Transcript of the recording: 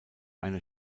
eine